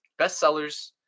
bestsellers